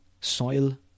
soil